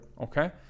okay